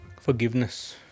Forgiveness